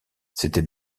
c’était